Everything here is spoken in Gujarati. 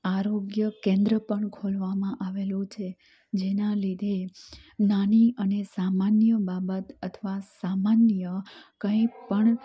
આરોગ્ય કેન્દ્ર પણ ખોલવામાં આવેલું છે જેના લીધે નાની અને સામાન્ય બાબત અથવા સામન્ય કંઈપણ